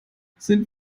sind